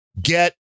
get